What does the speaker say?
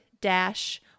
dash